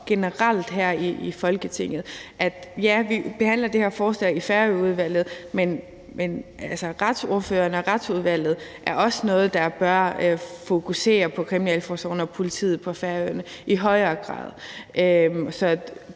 her i Folketinget – at ja, vi behandler de her forslag i Færøudvalget, men retsordførerne og Retsudvalget er også nogle, der bør fokusere på kriminalforsorgen og politiet på Færøerne i højere grad. Så